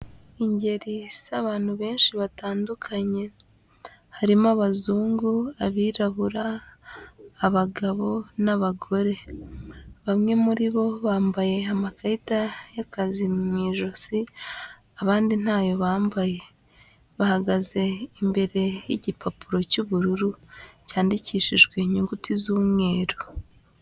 Ingeri z'abantu benshi batandukanye harimo abazungu abirabura abagabo n'abagore, bamwe muri bo bambaye amakarita y'akazi mu ijosi abandi ntayo bambaye, bahagaze imbere y'igipapuro cy'ubururu cyandikishijweyuguti z'umweru.